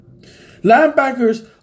Linebackers